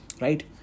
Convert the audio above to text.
Right